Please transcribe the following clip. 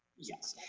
yes,